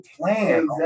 plan